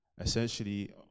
essentially